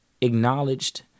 acknowledged